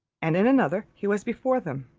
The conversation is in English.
and in another he was before them.